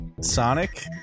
Sonic